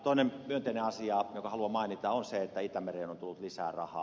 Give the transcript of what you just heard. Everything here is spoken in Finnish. toinen myönteinen asia jonka haluan mainita on se että itämereen on tullut lisää rahaa